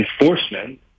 enforcement